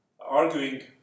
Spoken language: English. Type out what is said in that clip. arguing